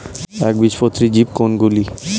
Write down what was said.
একবীজপত্রী বীজ কোন গুলি?